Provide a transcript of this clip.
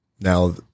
now